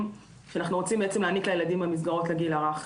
שאנחנו רוצים להעניק לילדים במסגרת לגיל הרך.